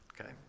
Okay